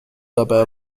dabei